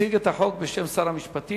יציג את החוק, בשם שר המשפטים,